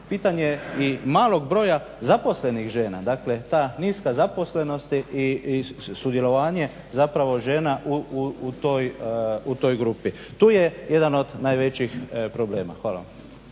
pitanje je i malog broja zaposlenih žena, dakle ta niska zaposlenost i sudjelovanje žena u toj grupi. Tu je jedan od najvećih problema. Hvala vam.